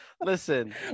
listen